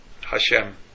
Hashem